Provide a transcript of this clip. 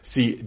See